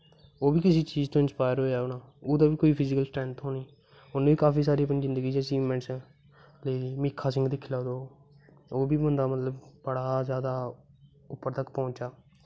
ओह् बी कुसै चीज़ ते इंस्पायर होएया होना ओह्दी बी कोई फिज़िकल स्ट्रैथ होनी उ'न्नें काफी सारी अपनी जिन्दगी च अचिवमैंट ते मिलखा सिंह दिक्खी लैओ तुस ओह् बी बंदा मतलब बड़ा जैदा उप्पर तक पुज्जेआ